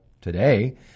today